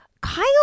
Kyle